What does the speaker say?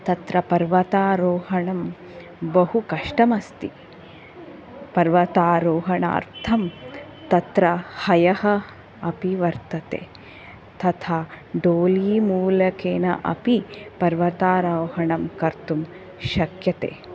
तत्र पर्वतारोहणं बहु कष्टमस्ति पर्वतारोहणार्थं तत्र हयः अपि वर्तते थथा डोलिमूलकेन अपि पर्वतारोहणं कर्तुं शक्यते